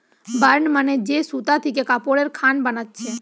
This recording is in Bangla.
বার্ন মানে যে সুতা থিকে কাপড়ের খান বানাচ্ছে